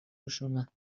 خشونت